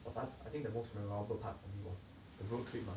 was just I think the most memorable part for me was the road trip ah